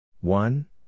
One